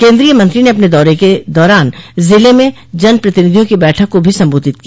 केन्द्रीय मंत्री ने अपने दौरे के दौरान जिले में जनप्रतिनिधियों की बैठक को भी संबोधित किया